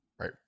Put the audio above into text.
right